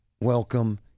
welcome